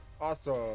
Awesome